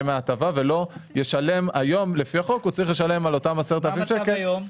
מתגוררים בה ולא משלמים מס על דמי שכירות,